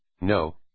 No